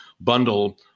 bundle